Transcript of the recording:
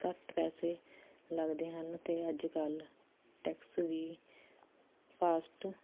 ਘੱਟ ਪੈਸੇ ਲੱਗਦੇ ਹਨ ਤੇ ਅੱਜ ਕੱਲ੍ਹ ਟੈਕਸ ਵੀ ਫਾਸਟ